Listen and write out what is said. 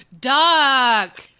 duck